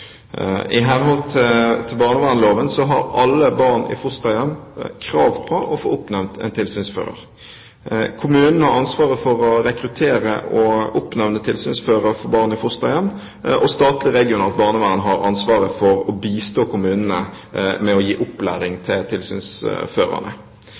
I henhold til barnevernloven har alle barn i fosterhjem krav på å få oppnevnt en tilsynsfører. Kommunen har ansvaret for å rekruttere og oppnevne tilsynsfører for barn i fosterhjem, og statlig regionalt barnevern har ansvaret for å bistå kommunene med å gi opplæring